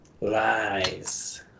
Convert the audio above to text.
Lies